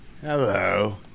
Hello